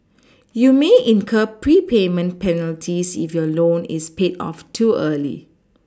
you may incur prepayment penalties if your loan is paid off too early